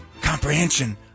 comprehension